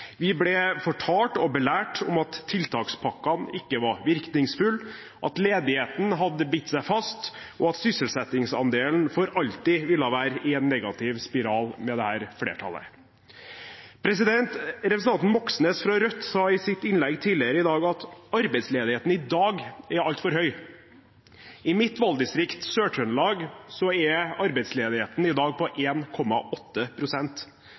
Vi ble fortalt og belært om at tiltakspakkene ikke var virkningsfulle, at ledigheten hadde bitt seg fast, og at sysselsettingsandelen for alltid ville være i en negativ spiral med dette flertallet. Representanten Moxnes fra Rødt sa i sitt innlegg tidligere i dag at arbeidsledigheten i dag er altfor høy. I mitt valgdistrikt, Sør-Trøndelag, er arbeidsledigheten i dag på